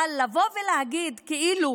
אבל לבוא ולהגיד כאילו